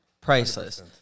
Priceless